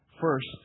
First